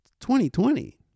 2020